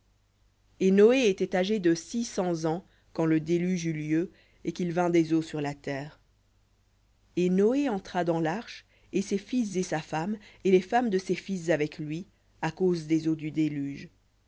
et noé était âgé de six cents ans quand le déluge eut lieu des eaux sur la terre et noé entra dans l'arche et ses fils et sa femme et les femmes de ses fils avec lui à cause des eaux du déluge